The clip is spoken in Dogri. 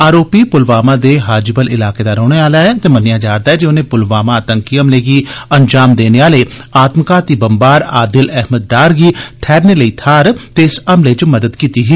आरोपी पुलवामा दे हाजीबल इलाके दा रौहने आला ऐ ते मन्नेआ जारदा ऐ जे उनें पुलवामा आतंकी हमले गी अंजाम देने आले आत्मघाती बम्बार आदिल अहमद डार गी ठैहरने लेई थाहर ते इस हमले च मदद कीती ही